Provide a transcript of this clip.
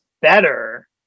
better